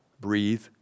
breathe